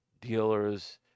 dealers